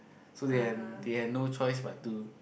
so they had they had no choice but to